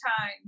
time